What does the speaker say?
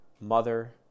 mother